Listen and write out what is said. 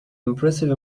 impressive